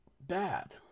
bad